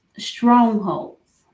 strongholds